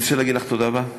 אני רוצה להגיד לך תודה רבה,